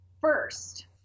first